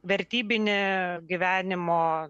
vertybinį gyvenimo